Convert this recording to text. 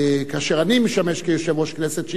כאשר אני משמש כיושב-ראש הכנסת,